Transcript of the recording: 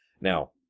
Now